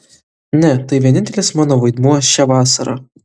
ne tai vienintelis mano vaidmuo šią vasarą